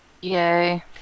Yay